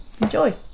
Enjoy